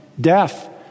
Death